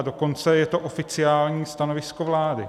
Dokonce je to oficiální stanovisko vlády.